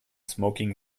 smoking